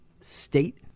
state